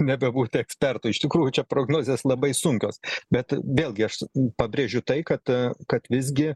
nebebūti ekspertu iš tikrųjų čia prognozės labai sunkios bet vėlgi aš pabrėžiu tai kad kad visgi